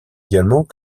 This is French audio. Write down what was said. également